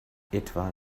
etwa